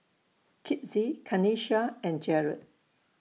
Kizzie Kanisha and Jered